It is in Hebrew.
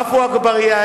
עפו אגבאריה,